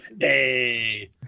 Hey